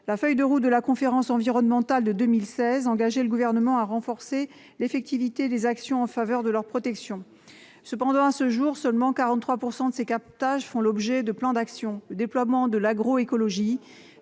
La feuille de route de la conférence environnementale de 2016 engageait le Gouvernement à renforcer l'effectivité des actions en faveur de leur protection. À ce jour, seulement 43 % de ces captages font l'objet de plans d'action. Le déploiement de l'agroécologie